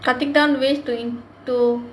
cutting down waste to in~ to